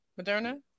Moderna